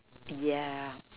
yeah